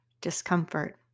discomfort